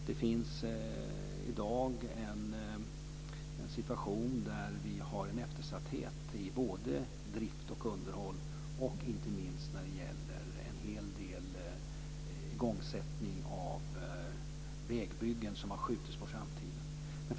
Det finns i dag en situation med en eftersatthet i både drift och underhåll och inte minst när det gäller en hel del igångsättning av vägbyggen som har skjutits på framtiden.